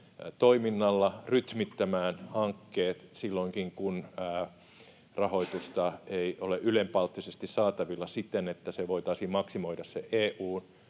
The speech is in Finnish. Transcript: toiminnalla rytmittämään hankkeet silloinkin, kun rahoitusta ei ole ylenpalttisesti saatavilla siten, että se EU:n rahoituksen osuus